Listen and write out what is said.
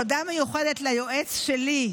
תודה מיוחדת ליועץ שלי,